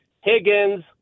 Higgins